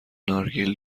نارگیل